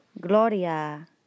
Gloria